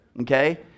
Okay